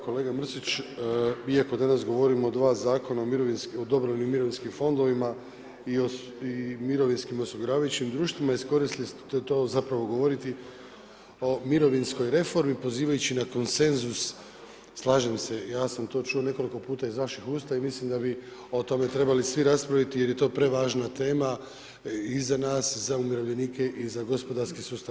Kolega Mrsić, iako danas govorimo o 2 zakona o dobrovoljnim mirovinskim fondovima i mirovinskim osiguravajućim društvima, iskoristili ste to zapravo govoriti o mirovinskoj reformi, pozivajući na konsenzus, slažem se, ja sam to čuo nekoliko puta iz vaših usta i mislim da bi o tome trebali svi raspraviti jer je to prevažna tema i za nas i za umirovljenike i za gospodarski sustav.